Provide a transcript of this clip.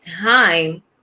time